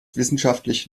wissenschaftlich